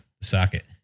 socket